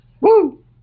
Woo